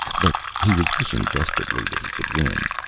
but he was wishing desperately that he could win.